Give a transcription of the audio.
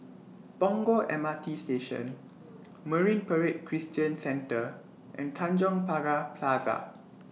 Punggol M R T Station Marine Parade Christian Centre and Tanjong Pagar Plaza